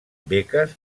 beques